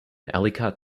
ellicott